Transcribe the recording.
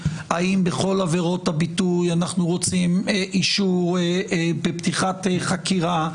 האם בכל עבירות הביטוי אנחנו רוצים אישור בפתיחת חקירה.